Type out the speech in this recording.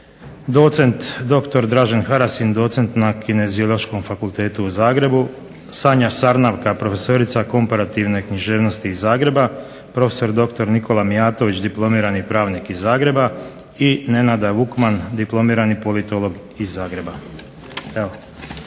docent dr. Dražen Harasin docent na Kineziološkom fakultetu u Zagrebu, Sanja Sarnavka profesorica komparativne književnosti iz Zagreba, profesor doktor Nikola Mijatović diplomirani pravnih iz Zagreba i Nenada Vukman diplomirani politolog iz Zagreba.